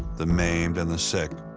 the maimed, and the sick.